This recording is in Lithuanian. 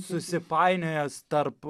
susipainiojęs tarp